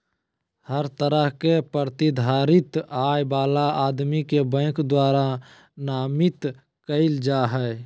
हर तरह के प्रतिधारित आय वाला आदमी के बैंक द्वारा नामित कईल जा हइ